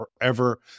forever